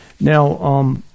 Now